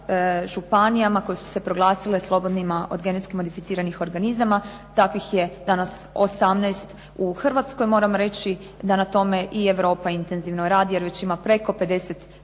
županijama koje su se proglasile slobodnima od genetski modificiranih organizama. Takvih je danas 18 u Hrvatskoj. Moram reći da na tome i Europa intenzivno radi, jer već ima preko 50